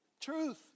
Truth